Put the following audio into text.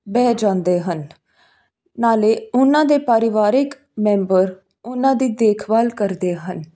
ਬਹਿ ਜਾਂਦੇ ਹਨ ਨਾਲੇ ਉਹਨਾਂ ਦੇ ਪਰਿਵਾਰਿਕ ਮੈਂਬਰ ਉਹਨਾਂ ਦੀ ਦੇਖਭਾਲ ਕਰਦੇ ਹਨ